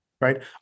right